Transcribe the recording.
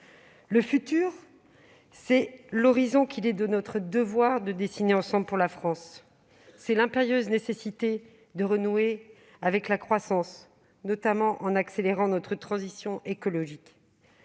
L'avenir, c'est l'horizon qu'il est de notre devoir de dessiner ensemble pour la France. C'est l'impérieuse nécessité de renouer avec la croissance, notamment en accélérant notre transition écologique.